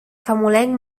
famolenc